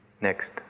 next